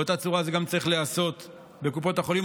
באותה צורה זה גם צריך להיעשות בקופות החולים.